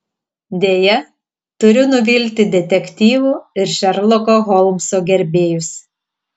deja turiu nuvilti detektyvų ir šerloko holmso gerbėjus